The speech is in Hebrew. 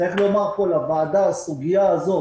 צריך לומר פה לוועדה שהסוגיה הזו